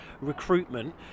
recruitment